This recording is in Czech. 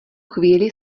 chvíli